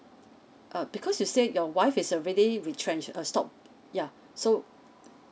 uh because you said your wife is a really retrenched err stopped yeah so